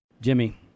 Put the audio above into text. Jimmy